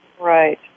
Right